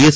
S